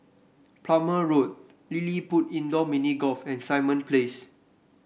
Plumer Road LilliPutt Indoor Mini Golf and Simon Place